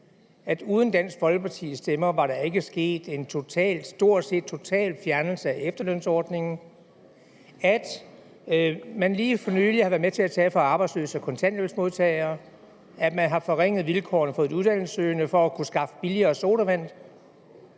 at uden Dansk Folkepartis stemmer var der ikke sket en stort set total fjernelse af efterlønsordningen; at man lige for nylig har været med til at tage fra arbejdsløse og kontanthjælpsmodtagere; at man for at kunne skaffe billigere sodavand